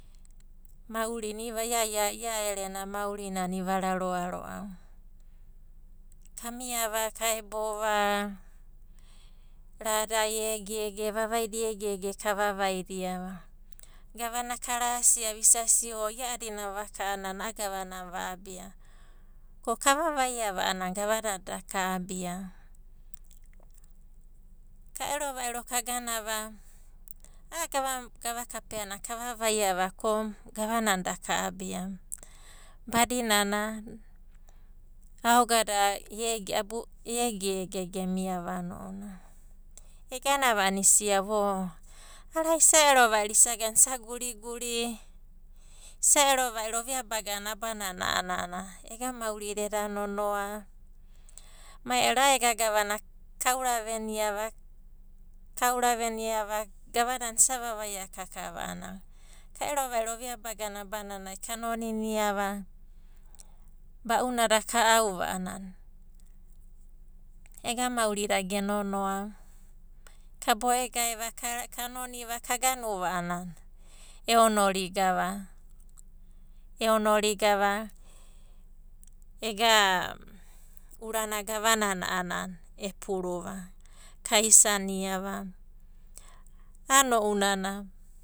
Maurina ia erena maurinana iva raroa ro'ava. Kamiava, kaebova, rada egege, vavaida egege kavavaidia va. Gavana karasia isa sia o ia'adina vaka a'anana a'a gavana va'abia, ko kavavaiava a'ana gavadada da ka'abiva. Ka ero va'iro kaganava a'a gava kapea na ka vavaiava ko, gavana da ka'abia va, badinana aogada abu egege gamiava a'ana ounanai. Eganava a'ana isiava o arava isa ero vairo isa guriguri, isa ero va'iro ovia bagana abanana a'ana ega mauri da eda nonoa mai ero a'a ega gavana kauraveniava gavanona isa vavaia kakava a'anana, ka ero vairo ovia bagana abananai ka noniniava, ba'unada ka'auva a'ana ega maurida ge nonoava. Ka boegaeva, ka noniva eonorigava, eonorigava ega urana gavanana epuru va, kaisaniava a'ana ounanai.